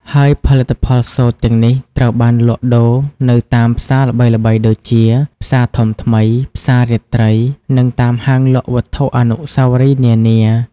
ហើយផលិតផលសូត្រទាំងនេះត្រូវបានលក់ដូរនៅតាមផ្សារល្បីៗដូចជា ផ្សារធំថ្មី ផ្សាររាត្រី និងតាមហាងលក់វត្ថុអនុស្សាវរីយ៍នានា។